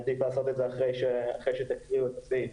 עדיף לעשות את זה אחרי שתקריאו את הסעיף.